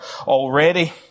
already